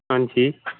हां जी